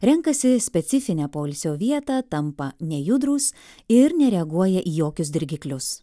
renkasi specifinę poilsio vietą tampa nejudrūs ir nereaguoja į jokius dirgiklius